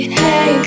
hey